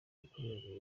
imikorere